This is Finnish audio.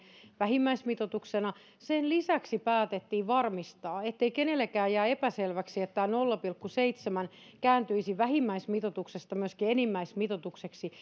vähimmäismitoituksena päätettiin varmistaa ettei kenellekään jää epäselväksi ettei tämä nolla pilkku seitsemän kääntyisi vähimmäismitoituksesta myöskin enimmäismitoitukseksi